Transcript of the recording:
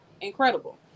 incredible